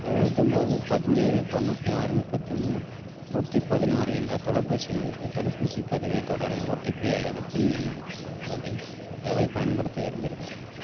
எழுபத்தொம்பது பதினேழு தொண்ணூற்றி ஆறு முப்பத்திமூணு நூற்றிபதினாறு என்ற தொலைபேசி எண்ணுக்கு தடுப்பூசிப் பதிவைத் தொடர ஓடிபி அல்லது பின் என்பதில் எதைப் பயன்படுத்த விரும்புகிறீர்கள்